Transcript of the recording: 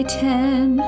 ten